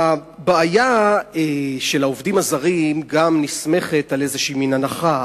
הבעיה של העובדים הזרים גם נסמכת על איזה מין הנחה,